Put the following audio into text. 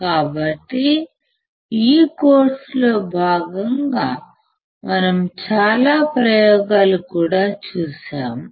కాబట్టి ఈ కోర్సులో భాగంగా మనం చాలా ప్రయోగాలు కూడా చూస్తాము